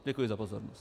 Děkuji za pozornost.